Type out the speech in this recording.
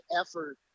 effort